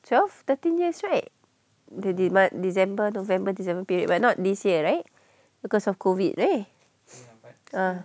twelve thirteen years right the demand december november december but not this year right because of COVID right ah